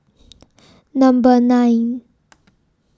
Number nine